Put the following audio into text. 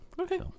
Okay